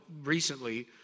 recently